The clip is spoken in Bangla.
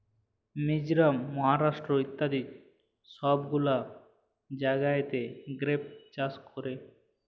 মিজরাম, মহারাষ্ট্র ইত্যাদি সব গুলা জাগাতে গ্রেপ চাষ ক্যরে